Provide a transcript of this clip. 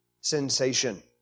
sensation